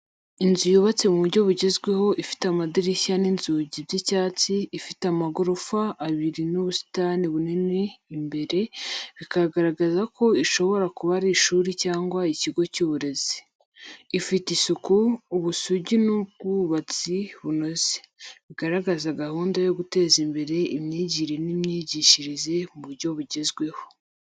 Inzu yubatse mu buryo bugezweho, ifite amadirishya n'inzugi by’icyatsi, ifite amagorofa abiri n’ubusitani bunini imbere, bikagaragaza ko ishobora kuba ari ishuri cyangwa ikigo cy’uburezi. Ifite isuku, ubusugire n’ubwubatsi bunoze, bigaragaza gahunda yo guteza imbere imyigire n’imyigishirize mu buryo bugezweho.